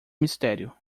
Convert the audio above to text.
mistério